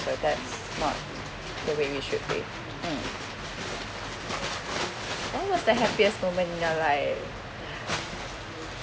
so that's not the way we should be mm what was the happiest moment in your life